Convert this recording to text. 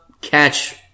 catch